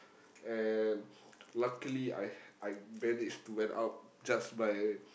and luckily I I managed to went out just by